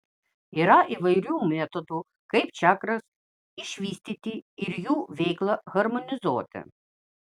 yra įvairių metodų kaip čakras išvystyti ir jų veiklą harmonizuoti